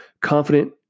confident